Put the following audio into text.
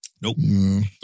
Nope